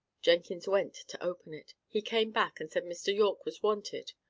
jenkins went to open it. he came back, and said mr. yorke was wanted.